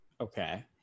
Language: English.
Okay